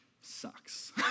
Sucks